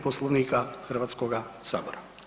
Poslovnika Hrvatskoga sabora.